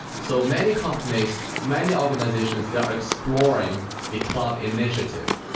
so many companies, many organizations, there are exploring the cloud initiative.